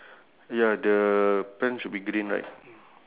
y~ sorry your your colour what's brown colour is it